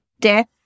death